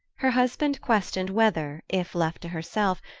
her husband questioned whether, if left to herself,